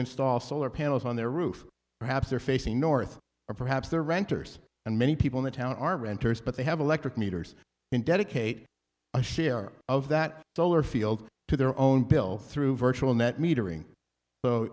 install solar panels on their roof perhaps are facing north or perhaps their renters and many people in the town are renters but they have electric meters in dedicate a share of that solar field to their own bill through virtual